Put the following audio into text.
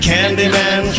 Candyman